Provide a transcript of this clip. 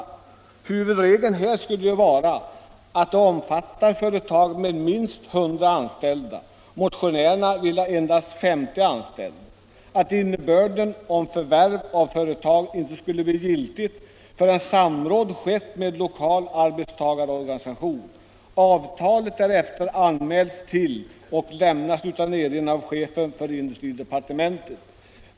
Huvudregeln här skulle vara att lagen omfattar företag med minst 100 anställda — motionärerna vill ha endast 50 anställda — samt att förvärv av företag inte skulle bli giltigt förrän samråd skett med lokal arbetstagarorganisation och avtalet därefter anmälts till och lämnats utan erinran av chefen för industridepartementet.